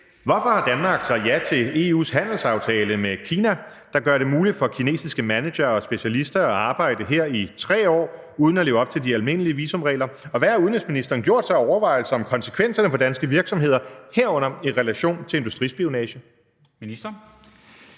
Hvorfor har Danmark sagt ja til EU's handelsaftale med Kina, der gør det muligt for kinesiske managere og specialister at arbejde her i 3 år uden at leve op til de almindelige visumregler, og hvad har udenrigsministeren gjort sig af overvejelser om konsekvenserne for danske virksomheder, herunder i relation til industrispionage? Kl.